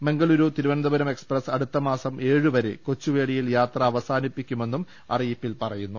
Mangaluru Thiruvananthapuram express അടുത്തമാസം ഏഴു വരെ കൊച്ചുവേളിയിൽ യാത്ര അവസാനിപ്പിക്കുമെന്നും അറിയിപ്പിൽ പറ യുന്നു